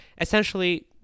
essentially